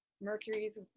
Mercury's